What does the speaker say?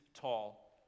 tall